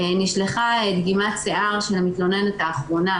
נשלחה דגימת שיער של המתלוננת האחרונה,